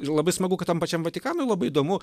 ir labai smagu kad tam pačiam vatikanui labai įdomu